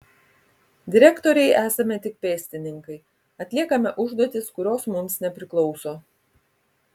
direktorei esame tik pėstininkai atliekame užduotis kurios mums nepriklauso